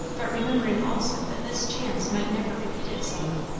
but remembering also that this chance might never repeat itself.